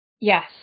Yes